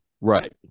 right